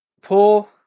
pull